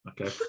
Okay